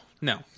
no